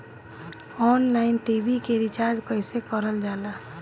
Online TV के recharge कईसे करल जाला?